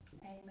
Amen